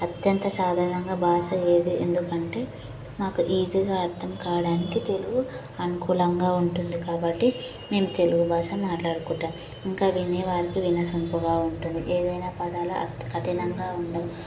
అత్యంత సాధారణంగా భాష ఏది ఎందుకంటే మాకు ఈజీగా అర్థం కావడానికి తెలుగు అనుకూలంగా ఉంటుంది కాబట్టి మేము తెలుగు భాష మాట్లాడుకుంటాము ఇంకా వినే వారికి వినసొంపుగా ఉంటుంది ఏదైనా పదాల అంత కఠినంగా ఉండవు